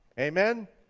amen?